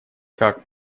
как